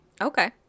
okay